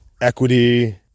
equity